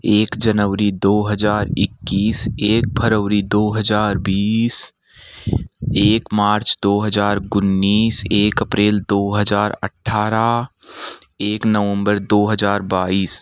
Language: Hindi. एक जनवरी दो हजार इक्कीस एक फरबरी दो हज़ार बीस एक मार्च दो हजार उन्नीस एक अप्रैल दो हजार अठारह एक नवंबर दो हजार बाइस